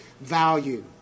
value